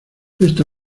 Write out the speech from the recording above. esta